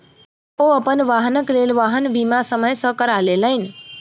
ओ अपन वाहनक लेल वाहन बीमा समय सॅ करा लेलैन